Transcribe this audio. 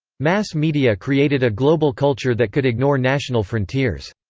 mass media created a global culture that could ignore national frontiers.